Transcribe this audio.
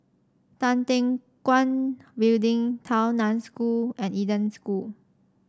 Tan Teck Guan Building Tao Nan School and Eden School